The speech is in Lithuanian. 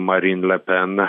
marin le pen